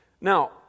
Now